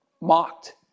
mocked